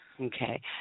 Okay